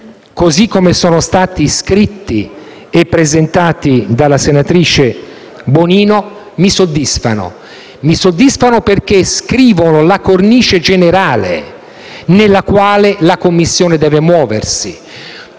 così come sono stati scritti e presentati dalla senatrice Bonino, mi soddisfano. Mi soddisfano perché scrivono la cornice generale nella quale la Commissione deve muoversi.